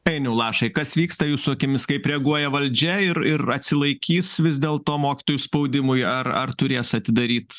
ainiau lašai kas vyksta jūsų akimis kaip reaguoja valdžia ir ir atsilaikys vis dėlto mokytojų spaudimui ar ar turės atidaryt